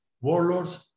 warlords